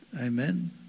Amen